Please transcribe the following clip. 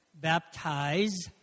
baptize